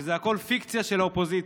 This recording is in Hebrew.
שזה הכול פיקציה של האופוזיציה.